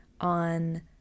on